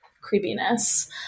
creepiness